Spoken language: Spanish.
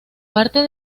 parte